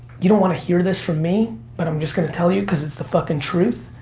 you don't want to hear this from me, but i'm just gonna tell you because it's the fucking truth,